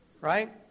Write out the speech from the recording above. right